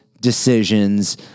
decisions